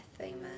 Amen